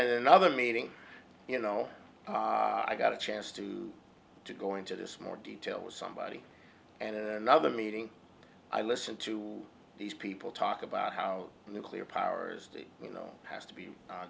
then another meeting you know i got a chance to to go into this more detail with somebody and another meeting i listen to these people talk about how nuclear powers do you know has to be